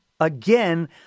Again